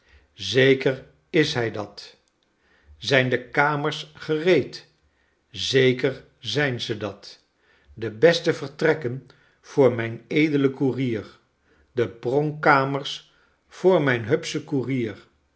zeker is hij dat zijn dekamers gereed zeker zijn ze dat de beste vertrekken voor mijn edelen koerier de pronkkamers voor mijn hupschen koerier